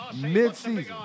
mid-season